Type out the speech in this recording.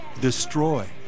destroy